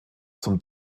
zum